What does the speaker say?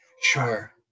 Sure